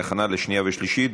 התשע"ט 2018,